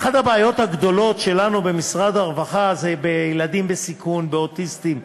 אחת הבעיות הגדולות שלנו במשרד הרווחה הנוגעת לילדים בסיכון ולאוטיסטים,